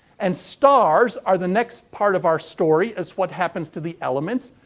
and stars are the next part of our story as what happens to the elements.